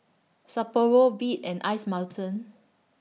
Sapporo Veet and Ice Mountain